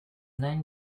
name